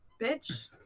Bitch